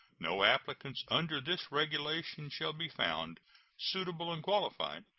no applicants under this regulation shall be found suitable and qualified,